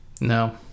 No